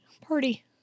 Party